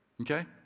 Okay